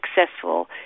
successful